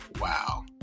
wow